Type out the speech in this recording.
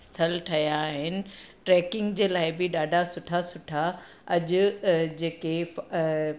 स्थल ठहिया आहिनि ट्रेकिंग जे लाइ बि ॾाढा सुठा सुठा अॼु जेके